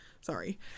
sorry